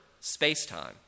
space-time